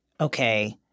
okay